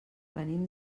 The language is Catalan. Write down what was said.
venim